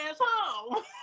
home